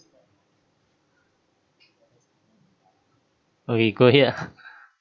okay go ahead